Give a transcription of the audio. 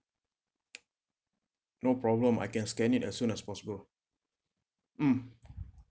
no problem I can scan it as soon as possible mm